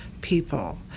people